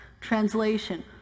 translation